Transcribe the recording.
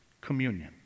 Communion